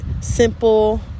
simple